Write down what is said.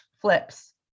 flips